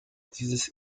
dieses